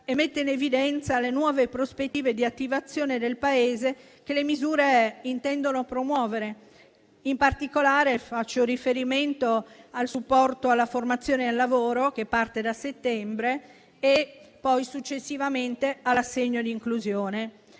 e mette in evidenza le nuove prospettive di attivazione del Paese che le misure intendono promuovere. In particolare, faccio riferimento al supporto alla formazione e al lavoro, che parte da settembre, e successivamente all'assegno di inclusione.